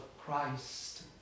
Christ